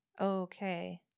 Okay